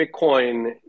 Bitcoin